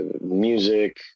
music